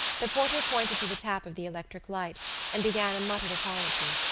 the porter pointed to the tap of the electric-light and began a muttered apology,